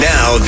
Now